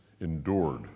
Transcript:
endured